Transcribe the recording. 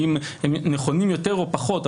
האם הם נכונים יותר או פחות.